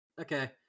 Okay